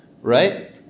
right